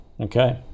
Okay